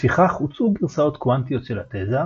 לפיכך הוצעו גרסאות קוונטיות של התזה,